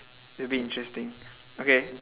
that'll be interesting okay